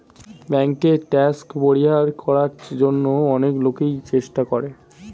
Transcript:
ব্যাংকে ট্যাক্স পরিহার করার জন্য অনেক লোকই চেষ্টা করে